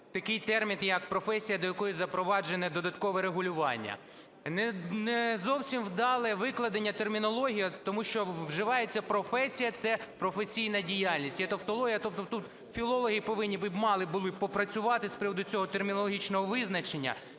такий термін, як "професія, до якої запроваджене додаткове регулювання". Не зовсім вдале викладення термінології, тому що вживається професія – це професійна діяльність, є тавтологія. Тобто тут філологи мали б попрацювати з приводу цього термінологічного визначення.